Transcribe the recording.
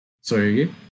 Sorry